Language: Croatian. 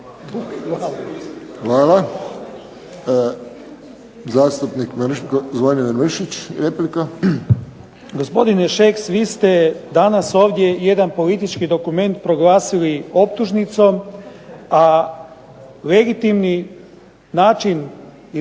replika. **Mršić, Zvonimir (SDP)** Gospodine Šeks vi ste danas ovdje jedan politički dokument proglasili optužnicom, a legitimni način traženja